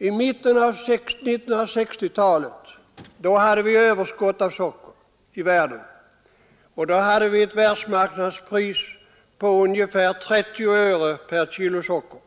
I mitten på 1960-talet hade vi överskott av socker i världen, och då var världsmarknadspriset ungefär 30 öre per kilo socker.